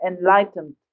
enlightened